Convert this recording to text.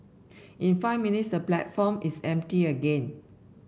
in five minutes the platform is empty again